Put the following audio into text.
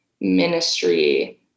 ministry